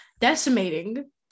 decimating